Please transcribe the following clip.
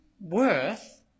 worth